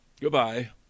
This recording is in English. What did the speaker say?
goodbye